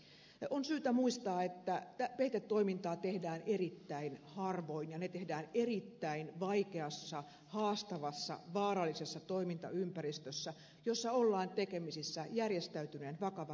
on syytä muistaa että peitetoimintaa tehdään erittäin harvoin ja se tehdään erittäin vaikeassa haastavassa vaarallisessa toimintaympäristössä jossa ollaan tekemisissä järjestäytyneen vakavan rikollisuuden kanssa